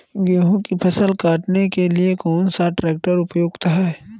गेहूँ की फसल काटने के लिए कौन सा ट्रैक्टर उपयुक्त है?